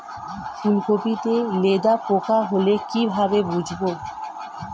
ফুলকপিতে লেদা পোকা হলে কি ভাবে বুঝবো?